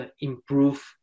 improve